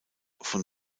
von